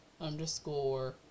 underscore